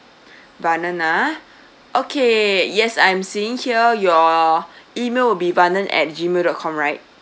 brandon ha okay yes I'm seeing here your E-mail will be brandon at Gmail dot com right